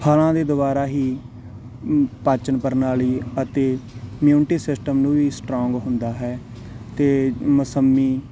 ਫ਼ਲਾਂ ਦੇ ਦੁਆਰਾ ਹੀ ਪਾਚਨ ਪ੍ਰਣਾਲੀ ਅਤੇ ਮਿਊਨਿਟੀ ਸਿਸਟਮ ਨੂੰ ਵੀ ਸਟਰੋਂਗ ਹੁੰਦਾ ਹੈ ਅਤੇ ਮਸੰਮੀ